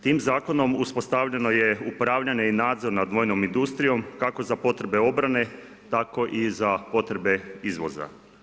Tim Zakonom uspostavljeno je upravljanje i nadzor nad vojnom industrijom kako za potrebe obrane, tako i za potrebe izvoza.